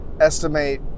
estimate